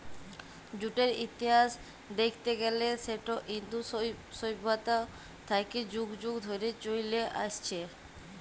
জুটের ইতিহাস দ্যাইখতে গ্যালে সেট ইন্দু সইভ্যতা থ্যাইকে যুগ যুগ ধইরে চইলে আইসছে